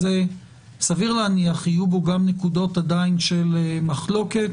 סביר להניח שבנוסח הזה יהיו עדיין גם נקודות של מחלוקת.